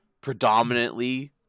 predominantly